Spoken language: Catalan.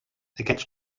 aquests